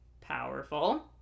Powerful